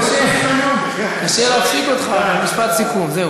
התקנון, קשה להפסיק אותך, אבל משפט סיכום, זהו.